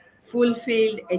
fulfilled